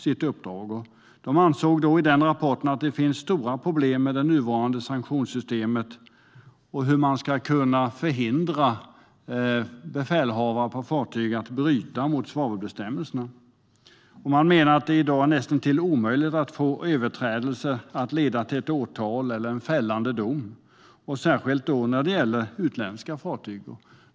Man ansåg i rapporten att det finns stora problem med det nuvarande sanktionssystemet när det gäller hur man ska kunna förhindra att befälhavare på fartyg bryter mot svavelbestämmelserna. Man menade att det i dag är näst intill omöjligt att få överträdelser att leda till åtal och fällande dom, särskilt när det gäller utländska fartyg.